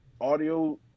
audio